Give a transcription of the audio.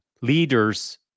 leaders